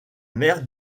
mère